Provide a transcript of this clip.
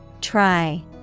Try